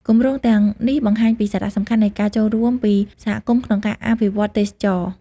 គម្រោងទាំងនេះបង្ហាញពីសារៈសំខាន់នៃការចូលរួមពីសហគមន៍ក្នុងការអភិវឌ្ឍទេសចរណ៍។